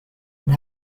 and